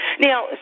Now